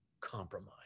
compromise